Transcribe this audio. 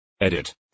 Edit